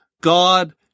God